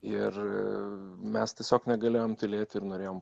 ir mes tiesiog negalėjom tylėti ir norėjom